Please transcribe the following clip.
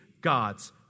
God's